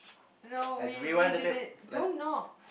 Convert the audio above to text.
no we we did it don't knock